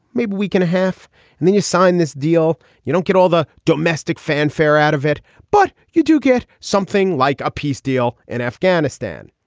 maybe we can half and then you sign this deal. you don't get all the domestic fanfare out of it but you do get something like a peace deal in afghanistan.